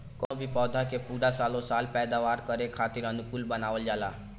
कवनो भी पौधा के पूरा सालो साल पैदावार करे खातीर अनुकूल बनावल जाला